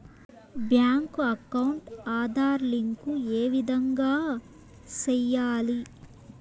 Bank account Aadhaar link ఏ విధంగా సెయ్యాలి?